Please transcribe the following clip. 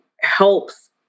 helps